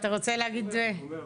אני שומע בינתיים.